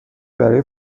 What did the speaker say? برای